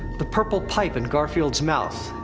the purple pipe in garfield's mouth.